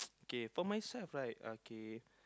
okay for myself right okay